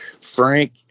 Frank